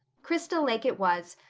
crystal lake it was,